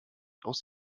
aus